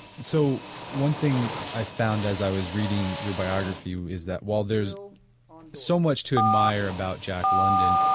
so, one thing i found as i was reading your biography is that while there is so much to admire about jack london,